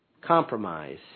compromise